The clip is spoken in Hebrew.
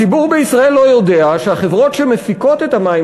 הציבור בישראל לא יודע שהחברות בישראל שמפיקות את המים